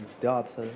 dots